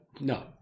no